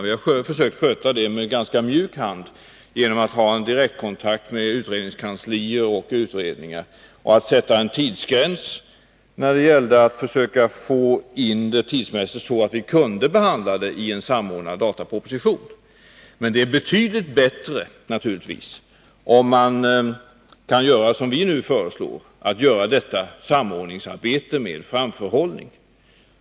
Vi har försökt sköta det med ganska mjuk hand genom att ha en direktkontakt med utredningskanslier och utredningar och genom att sätta en tidsgräns så att så många som möjligt av utredningarna kunde behandlas i en samordnad dataproposition. Men det är naturligtvis betydligt bättre om man kan göra som vi nu föreslår, nämligen att göra detta samordningsarbete med framförhållning.